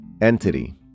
entity